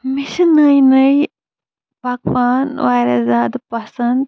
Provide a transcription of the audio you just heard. مےٚ چھِ نٔے نٔے پَکوان واریاہ زیادٕ پسند